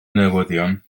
newyddion